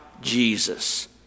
jesus